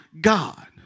God